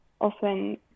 often